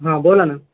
हां बोला ना